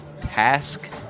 task